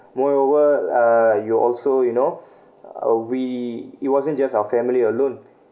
moreover uh you will also you know uh we it wasn't just our family alone